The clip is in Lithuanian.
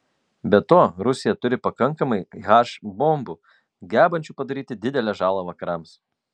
be to rusija turi pakankamai h bombų gebančių padaryti didelę žalą vakarams